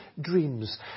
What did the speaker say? dreams